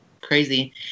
Crazy